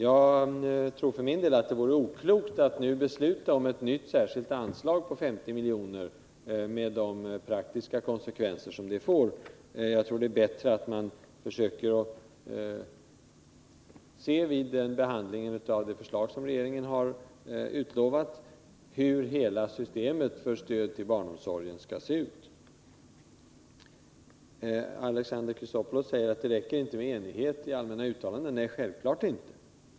För min del tror jag att det vore oklokt att nu besluta om ett nytt särskilt anslag på 50 milj.kr., med de praktiska konsekvenser som det skulle få. Jag tror att det är bättre att man, vid behandlingen av det förslag som regeringen har utlovat, försöker att bilda sig en uppfattning om hur hela systemet för stöd till barnomsorgen skall se ut. Alexander Chrisopoulos säger att det inte räcker med enighet om allmänna uttalanden. Nej, självklart inte!